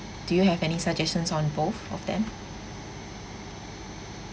do you have any suggestions on both of them